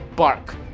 Bark